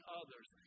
others